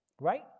Right